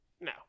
No